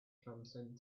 transcend